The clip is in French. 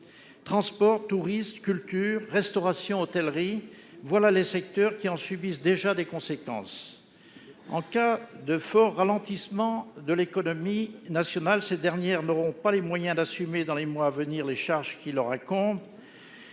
Transport, culture, restauration, hôtellerie, voilà les secteurs qui subissent déjà les conséquences de cette épidémie. En cas de fort ralentissement de l'économie nationale, les entreprises concernées n'auront pas les moyens d'assumer dans les mois à venir les charges qui leur incombent.